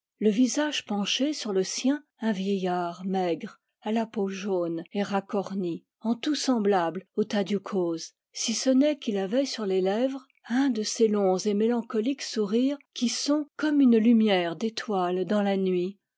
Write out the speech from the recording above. le visage penché sur le sien un vieillard maigre à la peau jaune et racornie en tout semblable au tadiou coz si ce n'est qu'il avait sur les lèvres un de ces longs et mélancoliques sourires qui sont comme une lumière d'étoiles dans la nuit